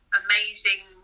amazing